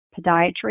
podiatry